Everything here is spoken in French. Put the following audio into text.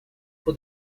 pour